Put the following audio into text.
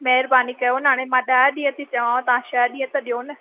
महिरबानी कयो ना हाणे मां ॾह ॾींहं थी चवां तां छह ॾींहं त ॾियो न